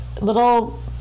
little